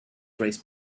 race